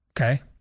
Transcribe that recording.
Okay